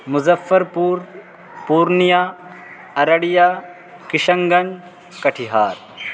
مظفر پور پورنیا ارریا کشن گنج کٹیہار